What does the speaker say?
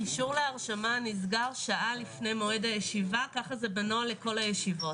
הקישור להרשמה נסגר שעה לפני מועד הישיבה - כך זה בנוהל לכל הישיבות,